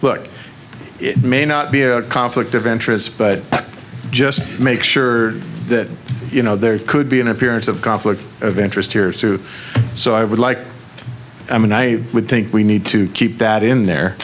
look it may not be a conflict of interests but just make sure that you know there could be an appearance of conflict of interest here too so i would like i mean i would think we need to keep that in there